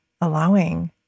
allowing